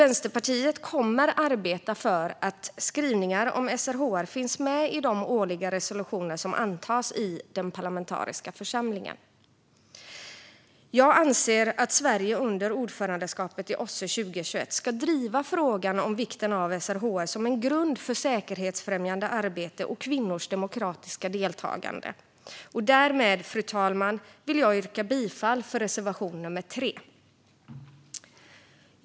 Vänsterpartiet kommer att arbeta för att skrivningar om SRHR ska finnas med i de årliga resolutioner som antas i den parlamentariska församlingen. Jag anser att Sverige under ordförandeskapet i OSSE 2021 ska driva frågan om vikten av SRHR som en grund för säkerhetsfrämjande arbete och kvinnors demokratiska deltagande. Därmed, fru talman, vill jag yrka bifall till reservation nummer 3.